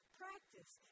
practice